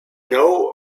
know